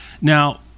Now